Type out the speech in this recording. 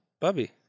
Bubby